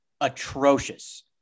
atrocious